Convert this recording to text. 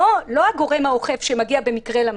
לא הגורם האוכף שמגיע במקרה למקום.